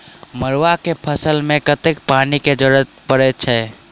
मड़ुआ केँ फसल मे कतेक पानि केँ जरूरत परै छैय?